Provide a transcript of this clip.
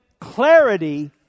clarity